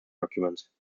documents